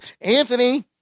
Anthony